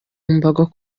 mbago